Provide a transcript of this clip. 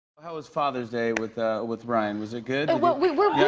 how was father's day with ah with ryan? was it good? and but we were